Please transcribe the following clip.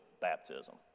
baptism